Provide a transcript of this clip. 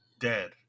dead